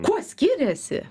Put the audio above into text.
kuo skiriasi